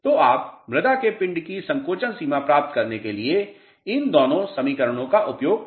तो आप मृदा के पिंड की संकोचन सीमा प्राप्त करने के लिए इन दोनों समीकरणों का उपयोग कर सकते हैं